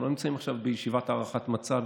אנחנו לא נמצאים עכשיו בישיבת הערכת מצב,